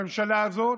הממשלה הזאת,